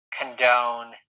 condone